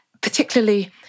particularly